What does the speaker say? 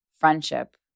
friendship